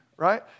right